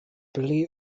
pli